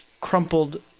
crumpled